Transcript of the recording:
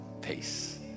peace